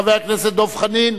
חבר הכנסת דב חנין,